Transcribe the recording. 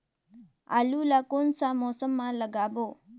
आलू ला कोन मौसम मा लगाबो?